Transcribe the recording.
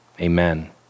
amen